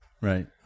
Right